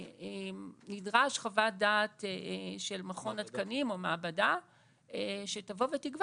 נדרש חוות דעת של מכון התקנים או מעבדה שתבוא ותקבע